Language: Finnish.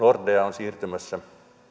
siirtymässä